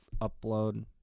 upload